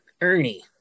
Ernie